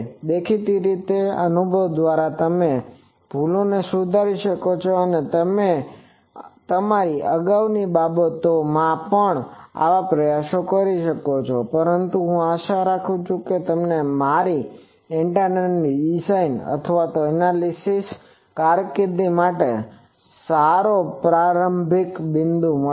દેખીતી રીતે અનુભવ દ્વારા તમે તે ભૂલોને સુધારી શકશો જે તમે તમારી અગાઉની બાબતોમાં કરી છે પરંતુ હું આશા રાખું છું કે તમને તમારી એન્ટેના ડિઝાઇન અથવા એનાલિસીસ કારકિર્દી માટે એક સારો પ્રારંભિક બિંદુ મળશે